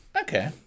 Okay